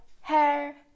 Hair